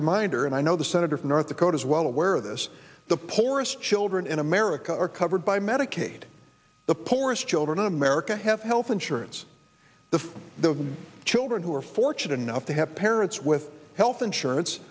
reminder and i know the senator from north dakota is well aware of this the poorest children in america are covered by medicaid the poorest children in america have health insurance the for the children who are fortunate enough to have parents with health insurance